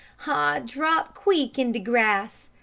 ah drop queek in de grass,